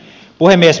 puhemies